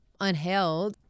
unheld